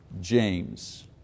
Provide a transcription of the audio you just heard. James